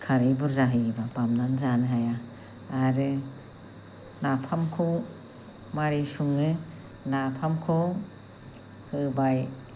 खारै बुरजा होयोबा बाबनानै जानो हाया आरो नाफामखौ मारै सङो नाफामखौ होबाय